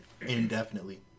Indefinitely